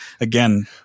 again